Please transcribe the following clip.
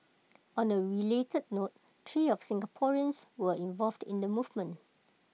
on A related note three of Singaporeans were involved in the movement